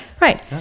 Right